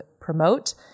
promote